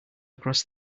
across